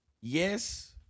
Yes